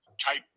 type